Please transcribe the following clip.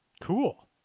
Cool